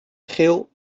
geel